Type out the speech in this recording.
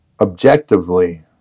objectively